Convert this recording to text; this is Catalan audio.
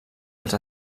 als